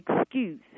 excuse